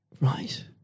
Right